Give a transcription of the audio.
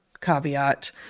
caveat